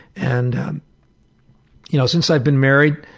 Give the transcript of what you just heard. and you know since i've been married,